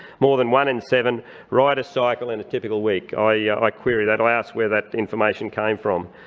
more than one in seven ride a cycle in a typical week. i yeah like query that. i ask where that information came from,